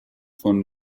von